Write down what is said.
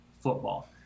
football